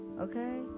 Okay